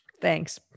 Thanks